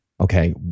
Okay